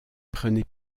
prenez